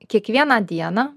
kiekvieną dieną